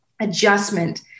adjustment